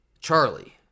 Charlie